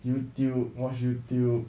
youtube watch youtube